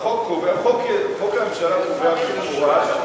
חוק הממשלה קובע במפורש,